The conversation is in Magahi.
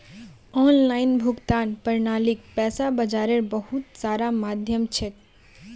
ऑनलाइन भुगतान प्रणालीक पैसा बाजारेर बहुत सारा माध्यम छेक